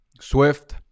Swift